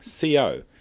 CO